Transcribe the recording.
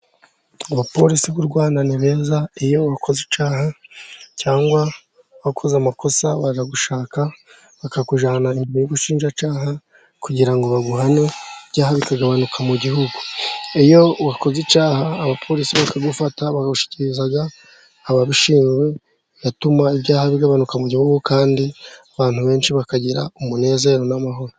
Abapolisi b'u Rwanda ni beza, iyo uwakoze icyaha cyangwa wakoze amakosa, baza kugushaka bakakujyana imbere y'ubushinjacyaha kugira ngo baguhane, ibyaha bikagabanuka mu gihugu, iyo wakoze icyaha abapolisi bakagufata bagushikiriza ababishinzwe, batuma ibyaha bigabanuka mu gihugu kandi abantu benshi bakagira umunezero n'amahoro.